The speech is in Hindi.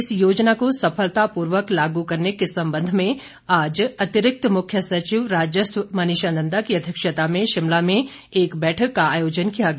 इस योजना को सफलतापूर्वक लागू करने के संबंध में आज अतिरिक्त मुख्य सचिव राजस्व मनीषा नंदा की अध्यक्षता में शिमला में एक बैठक का आयोजन किया गया